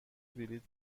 بلیط